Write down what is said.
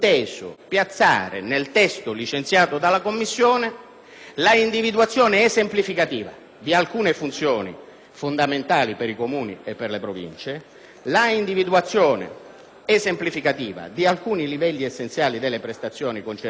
l'individuazione esemplificativa di alcune funzioni fondamentali per i Comuni e per le Province, l'individuazione esemplificativa di alcuni livelli essenziali delle prestazioni concernenti i diritti civili e sociali e